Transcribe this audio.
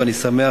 ואני שמח,